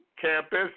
campus